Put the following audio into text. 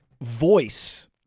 voice